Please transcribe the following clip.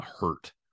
hurt